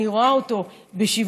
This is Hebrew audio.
אני רואה אותו בשבעה-שמונה,